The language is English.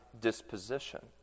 disposition